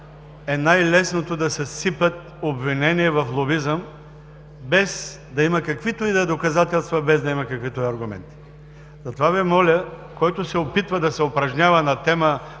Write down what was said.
е най-лесно да се сипят обвинения в лобизъм без да има каквито и да е доказателства, без да има каквито и да било аргументи. Затова Ви моля, който се опитва да се упражнява на тема